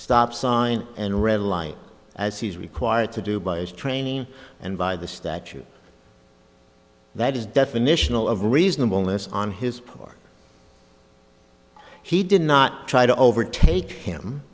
stop sign and red light as he's required to do by his training and by the statute that is definitional of reasonableness on his part he did not try to overtake him